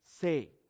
say